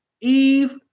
eve